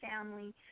family